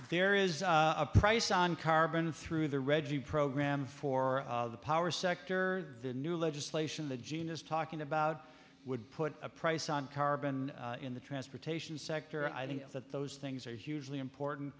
there is a price on carbon through the reggie program for the power sector the new legislation the genius talking about would put a price on carbon in the transportation sector i think that those things are hugely important